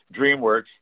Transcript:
DreamWorks